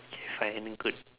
fine good